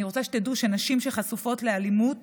אני רוצה שתדעו שנשים שחשופות לאלימות